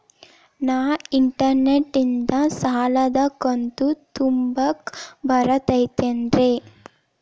ನಾ ಇಂಟರ್ನೆಟ್ ನಿಂದ ಸಾಲದ ಕಂತು ತುಂಬಾಕ್ ಬರತೈತೇನ್ರೇ?